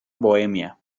bohemia